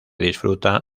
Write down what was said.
disfruta